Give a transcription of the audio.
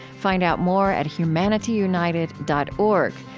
find out more at humanityunited dot org,